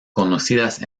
conocidas